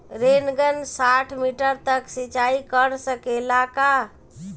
Rain gun साठ metre तक सिचाई कर सकेला का?